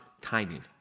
timing